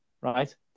Right